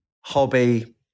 hobby